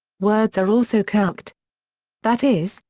words are also calqued that is,